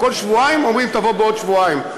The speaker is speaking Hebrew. כל שבועיים אומרים: תבוא בעוד שבועיים,